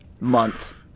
month